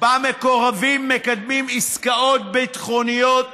שבה מקורבים מקדמים עסקאות ביטחוניות